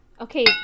Okay